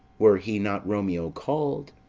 were he not romeo call'd,